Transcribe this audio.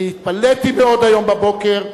אני התפלאתי מאוד היום בבוקר,